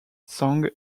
sang